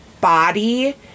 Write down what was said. body